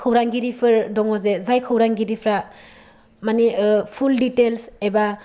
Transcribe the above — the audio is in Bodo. खौरांगिरिफोर दङ जे जाय खौरांगिरिफ्रा माने फुल दिटेल्स एबा